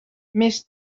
més